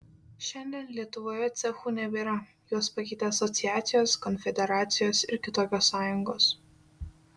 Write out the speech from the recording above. šiandien lietuvoje cechų nebėra juos pakeitė asociacijos konfederacijos ir kitokios sąjungos